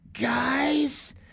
guys